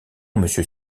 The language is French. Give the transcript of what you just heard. monsieur